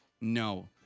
No